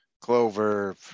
clover